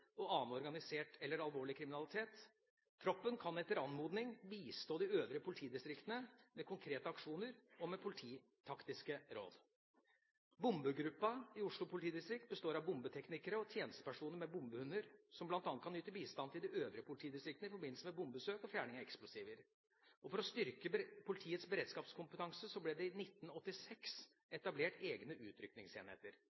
og annen organisert eller alvorlig kriminalitet. Troppen kan etter anmodning bistå de øvrige politidistriktene ved konkrete aksjoner og med polititaktiske råd. Bombegruppen i Oslo politidistrikt består av bombeteknikere og tjenestepersoner med bombehunder, som bl.a. kan yte bistand til de øvrige politidistriktene i forbindelse med bombesøk og fjerning av eksplosiver. For å styrke politiets beredskapskompetanse ble det i 1986